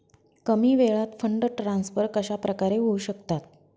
कमी वेळात fund transfer कशाप्रकारे होऊ शकतात?